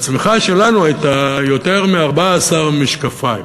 הצמיחה שלנו הייתה יותר מ-14 משקפיים,